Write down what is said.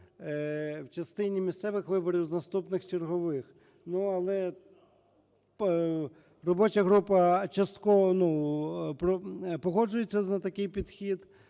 в частині місцевих виборів з наступних чергових. Ну, але робоча група частково, ну, погоджується на такий підхід,